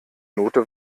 note